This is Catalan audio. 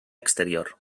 exterior